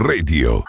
Radio